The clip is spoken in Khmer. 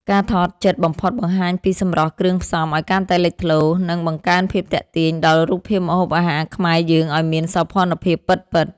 ការថតជិតបំផុតបង្ហាញពីសម្រស់គ្រឿងផ្សំឱ្យកាន់តែលេចធ្លោ និង បង្កើនភាពទាក់ទាញដល់រូបភាពម្ហូបអាហារខ្មែរយើងឱ្យមានសោភ័ណភាពពិតៗ។